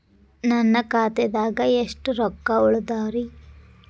ನನ್ನ ಖಾತೆದಾಗ ಎಷ್ಟ ರೊಕ್ಕಾ ಉಳದಾವ್ರಿ?